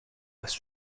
was